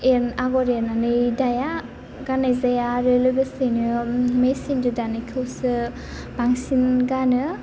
एर आगर एरनानै दाया गान्नाय जाया आरो लोगोसे मेसिनजों दानायखौसो बांसिन गानो